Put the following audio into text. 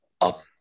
up